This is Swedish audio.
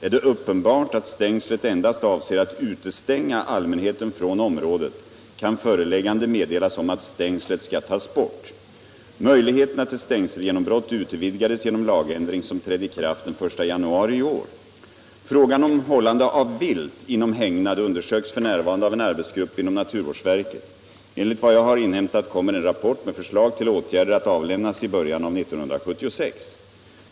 Är det uppenbart att stängslet endast avser att utestänga allmänheten från området, kan föreläggande meddelas om att stängslet skall tas bort. Möjligheterna till stängselgenombrott utvidgades genom lagändring som trädde i kraft den 1 januari i år. Frågan om hållande av vilt inom hägnad undersöks f.n. av en arbetsgrupp inom naturvårdsverket. Enligt vad jag har inhämtat kommer en rapport med förslag till åtgärder att avlämnas i början av 1976.